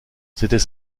c’était